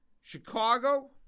Chicago